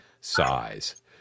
size